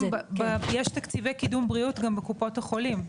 יש גם תקציבי קידום בריאות בקופות החולים,